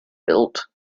built